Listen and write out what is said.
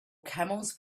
camels